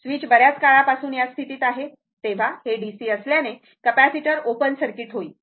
switch बर्याच काळापासून या स्थितीत आहे तेव्हा हे डीसी असल्याने कॅपेसिटर ओपन सर्किट होईल